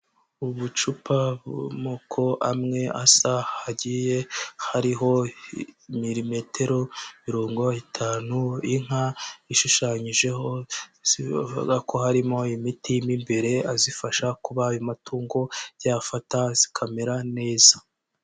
Ubucupa bw'amoko amwe asa, hagiye hariho milimetero mirongo itanu, inka ishushanyijeho, bivuga ko harimo imiti mo imbere azifasha kuba ayo matungo yafata zikamera neza.